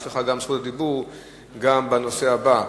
יש לך זכות דיבור גם בנושא הבא.